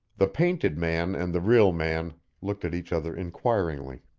the painted man and the real man looked at each other inquiringly.